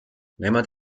nemad